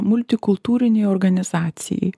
multikultūrinei organizacijai